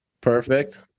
perfect